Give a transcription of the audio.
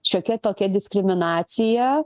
šiokia tokia diskriminacija